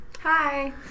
Hi